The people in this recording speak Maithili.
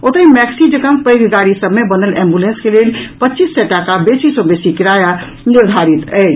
ओतहि मैक्सी जकॉ पैघ गाड़ी सभ मे बनल एम्बुलेंस के लेल पच्चीस सय टाका बेसी सॅ बेसी किराया निर्धारित अछि